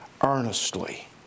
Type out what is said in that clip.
earnestly